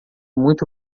muito